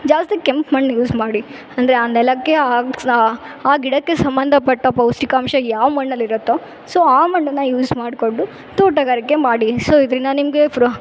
ಜಾಸ್ತಿ ಕೆಂಪು ಮಣ್ಣು ಯೂಸ್ ಮಾಡಿ ಅಂದ್ರೆ ಆ ನೆಲಕ್ಕೆ ಆಗ್ಸ ನ ಆ ಗಿಡಕ್ಕೆ ಸಂಬಂಧ ಪಟ್ಟ ಪೌಷ್ಠಿಕಾಂಶ ಯಾವ ಮಣ್ಣಲ್ಲಿರುತ್ತೋ ಸೊ ಆ ಮಣ್ಣನ್ನು ಯೂಸ್ ಮಾಡಿಕೊಂಡು ತೋಟಗಾರಿಕೆ ಮಾಡಿ ಸೊ ಇದರಿಂದ ನಿಮಗೆ ಫ್ರ